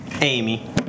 Amy